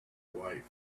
wife